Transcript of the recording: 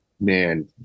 man